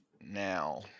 Now